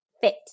fit